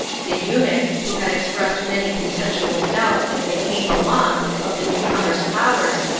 the eunuch, who had expressed many contemptuous doubts as they came along of the newcomer's powers,